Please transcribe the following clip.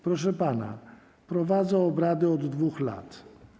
Proszę pana, prowadzę obrady od 2 lat.